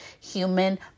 human